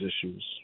issues